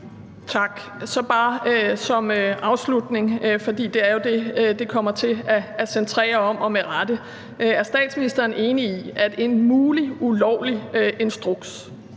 Tak. Så bare som afslutning, for det er jo det, det kommer til at centrere om, og med rette, vil jeg spørge: Er statsministeren enig i, at en mulig ulovlig instruks